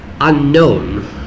unknown